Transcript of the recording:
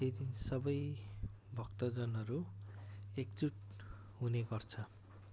त्यो दिन सबै भक्तजनहरू एकजुट हुने गर्छ